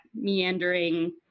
meandering